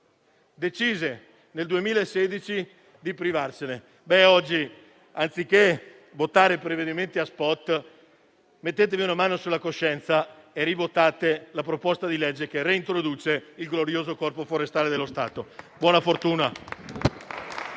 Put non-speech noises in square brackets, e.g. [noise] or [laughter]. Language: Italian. decise di privarsene. Ebbene, oggi, anziché votare provvedimenti *spot,* mettetevi una mano sulla coscienza e votate la proposta di legge che reintroduce il glorioso Corpo forestale dello Stato. [applause]